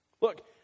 Look